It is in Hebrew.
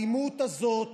האלימות הזאת